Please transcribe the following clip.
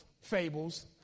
fables